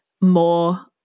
more